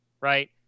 right